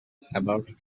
about